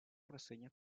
reseñas